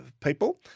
people